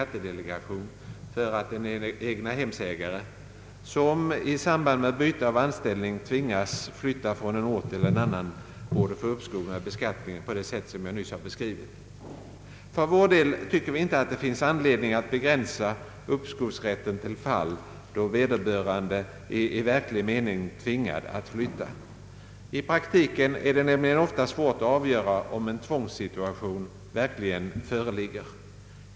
band med byte av anställning tvingas flytta från en ort till en annan, borde få uppskov med beskattningen på det sätt som jag nyss beskrivit. Reservanterna tycker inte att det finns anledning att begränsa uppskovsrätten till fall då vederbörande är i verklig mening tvingad att flytta. I praktiken är det nämligen ofta svårt att avgöra om en tvångssituation verkligen föreligger.